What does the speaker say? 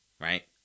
Right